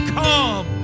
come